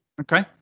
Okay